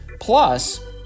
plus